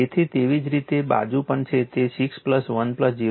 તેથી તેવી જ બીજી બાજુ પણ છે તે 6 1 0